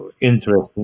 interesting